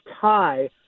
tie